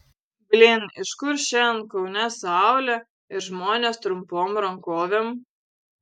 blyn iš kur šiandien kaune saulė ir žmonės trumpom rankovėm